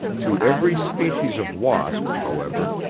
to every species of wasp, however,